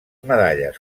medalles